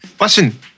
listen